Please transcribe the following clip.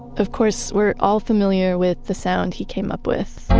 of course, we're all familiar with the sound he came up with.